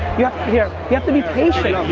yeah here, you have to be patient.